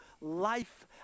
life